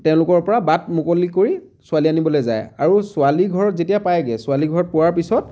তেওঁলোকৰ পৰা বাট মুকলি কৰি ছোৱালী আনিবলৈ যায় আৰু ছোৱালীঘৰত যেতিয়া পায়গৈ ছোৱালী ঘৰত পোৱাৰ পিছত